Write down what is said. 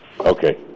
Okay